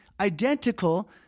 identical